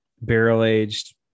barrel-aged